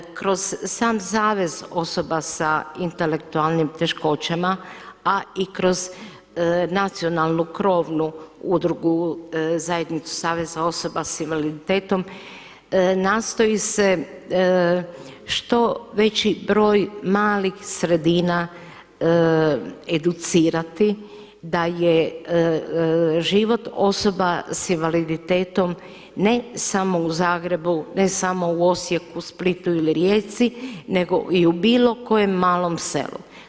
Kroz sam Savez osoba s intelektualnim teškoćama, a i kroz nacionalnu krovnu udrugu Zajednicu saveza osoba s invaliditetom nastoji se što veći broj malih sredina educirati da je život osoba s invaliditetom ne samo u Zagrebu, ne samo u Osijeku, Splitu ili Rijeci nego i u bilo kojem malom selu.